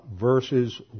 verses